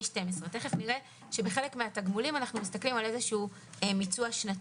12," תיכף נראה שבחלק מן התגמולים אנחנו מסתכלים על איזשהו מיצוע שנתי,